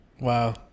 Wow